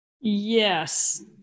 Yes